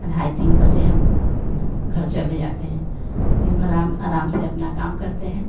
अढ़ाई तीन बजे हम घर चले आते हैं दिन भर आम आराम से अपना काम करते हैं